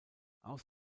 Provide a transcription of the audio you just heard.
aus